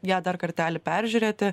ją dar kartelį peržiūrėti